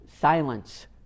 silence